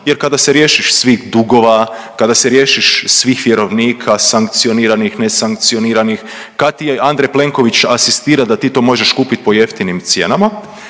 Jer kada se riješiš svih dugova, kada se riješiš svih vjerovnika sankcioniranih, nesankcioniranih, kad ti je Andrej Plenković asistira da ti to možeš kupiti po jeftinim cijenama,